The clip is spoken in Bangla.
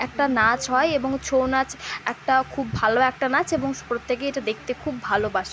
একটা নাচ হয় এবং ছৌ নাচ একটা খুব ভালো একটা নাচ এবং প্রত্যেকেই এটা দেখতে খুব ভালোবাসে